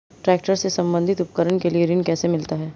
Tractor से संबंधित उपकरण के लिए ऋण कैसे मिलता है?